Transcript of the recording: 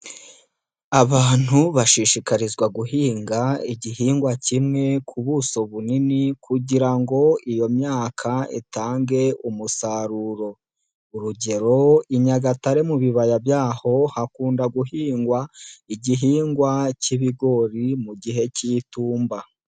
Abantu bashishikarizwa guhinga igihingwa kimwe ku buso bunini kugira ngo iyo myaka itange umusaruro. Urugero i Nyagatare mu bibaya byaho hakunda guhingwa igihingwa k'ibigori mu gihe k'itumba.